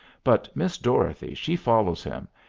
but miss dorothy she follows him,